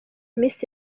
miss